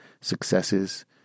successes